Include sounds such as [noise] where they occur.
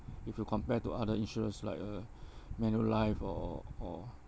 if you compare to other insurers like uh [breath] manulife or or [breath]